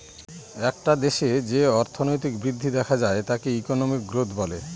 একটা দেশে যে অর্থনৈতিক বৃদ্ধি দেখা যায় তাকে ইকোনমিক গ্রোথ বলে